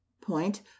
point